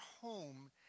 home